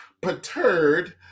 perturbed